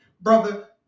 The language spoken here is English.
Brother